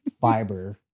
fiber